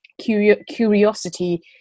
curiosity